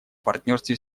партнерстве